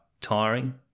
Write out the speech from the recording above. tiring